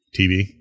TV